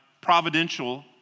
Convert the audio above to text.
providential